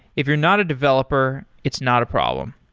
if you're not a developer, it's not a problem.